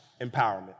empowerment